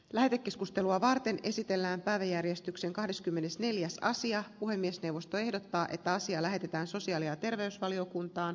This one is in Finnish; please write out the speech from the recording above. lähetekeskustelua varten esitellään päiväjärjestyksen kahdeskymmenesneljäs sija puhemiesneuvosto ehdottaa että asia lähetetään sosiaali ja terveysvaliokunta